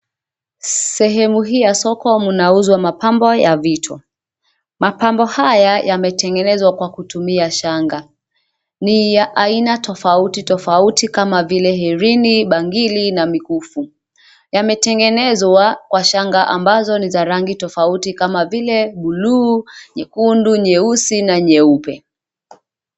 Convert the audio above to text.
Sehemu hii ya soko mnauzwa mapambo ya vitu, mapambo haya yametengenezwa kwa kutumia shanga, ni ya aina tofauti tofauti kama vile herini, bangili na mikufu, yametengenezwa kwa shanga ambazo ni za rangi tofauti kama vile buluu, nyekundu, nyeusi na nyeupe.